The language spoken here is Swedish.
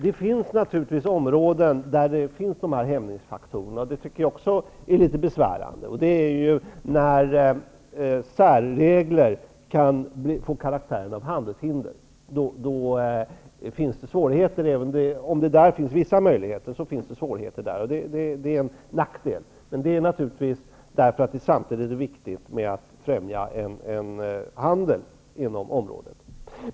Det finns naturligtvis områden där det finns hämningsfaktorer. Det tycker jag också är litet besvärande. Det är när särregler kan få karaktären av handelshinder. Då finns det svårigheter, även om det där också finns vissa möjligheter. Det är en nackdel. Men det är naturligtvis samtidigt viktigt att främja en handel inom området.